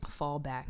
fallback